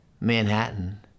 Manhattan